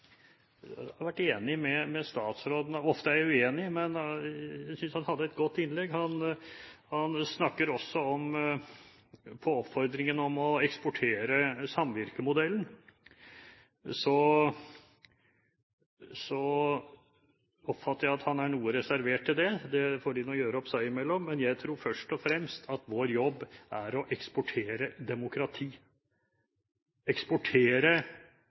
Jeg er egentlig enig med statsråden – ofte er jeg uenig, men jeg synes han hadde et godt innlegg. På oppfordringen om å eksportere samvirkemodellen oppfatter jeg det slik at han er noe reservert til det. Det får de nå gjøre opp seg imellom. Men jeg tror først og fremst at vår jobb er å eksportere demokrati – eksportere